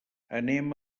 anem